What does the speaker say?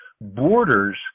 borders